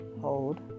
Hold